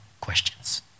questions